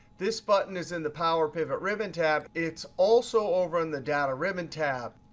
this button is in the power pivot ribbon tab. it's also over in the data ribbon tab.